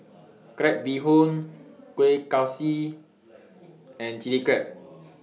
Crab Bee Hoon Kueh Kaswi and Chili Crab